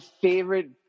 favorite